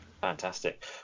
fantastic